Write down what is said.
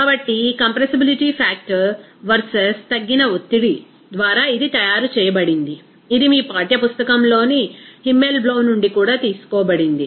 కాబట్టి ఈ compressibility factor versus తగ్గిన ఒత్తిడి ద్వారా ఇది తయారు చేయబడింది ఇది మీ పాఠ్య పుస్తకంలోని హిమ్మెల్బ్లౌ నుండి కూడా తీసుకోబడింది